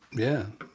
yeah,